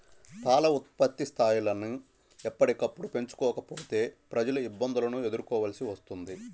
పాల ఉత్పత్తి స్థాయిలను ఎప్పటికప్పుడు పెంచుకోకపోతే ప్రజలు ఇబ్బందులను ఎదుర్కోవలసి వస్తుంది